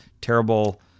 terrible